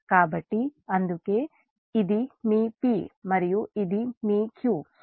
కాబట్టి అందుకే ఇది మీ p మరియు ఇది మీ q